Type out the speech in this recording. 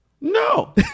No